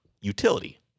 utility